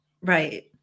Right